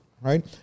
right